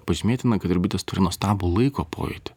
pažymėtina kad ir bitės turi nuostabų laiko pojūtį